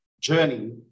journey